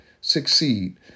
succeed